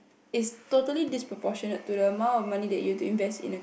is totally disproportionate to the amount of money that you have to invest in a